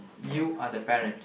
you are the parent